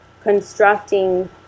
constructing